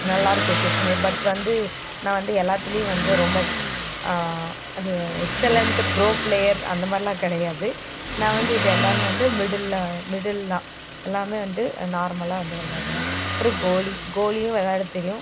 நல்லாயிருக்கும் செஸ்ஸுமே பட் வந்து நான் வந்து எல்லாத்துலேயும் வந்து ரொம்ப அது எக்செலண்ட் ப்ரோ பிளேயர் அந்த மாதிரிலாம் கிடையாது நான் வந்து இது எல்லாமே வந்து மிடிலில் மிடில் தான் எல்லாமே வந்து நார்மலாக வந்து விளையாடுவேன் அப்புறம் கோலி கோலியும் விளையாடத் தெரியும்